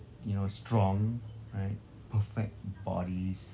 you know strong right perfect bodies